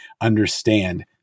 understand